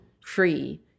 free